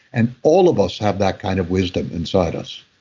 and all of us have that kind of wisdom inside us